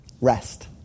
rest